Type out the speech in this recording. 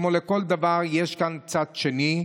כמו בכל דבר יש כאן צד שני,